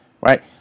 Right